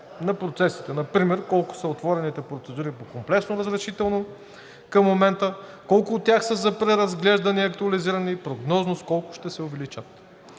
на процесите? Например колко са отворените процедури по комплексно разрешително към момента, колко от тях са за преразглеждане, актуализиране и прогнозно с колко ще се увеличат?